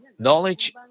Knowledge